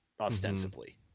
ostensibly